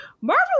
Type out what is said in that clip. Marvel